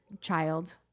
child